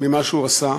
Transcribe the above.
ממה שהוא עשה,